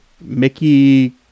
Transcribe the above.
Mickey